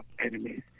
enemies